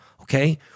okay